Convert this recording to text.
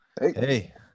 Hey